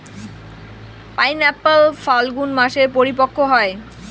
pineapple ফাল্গুন মাসে পরিপক্ব হয়